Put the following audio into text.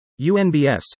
UNBS